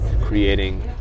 creating